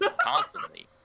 Constantly